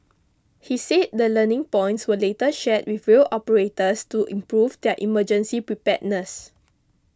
he see the learning points were later shared with rail operators to improve their emergency preparedness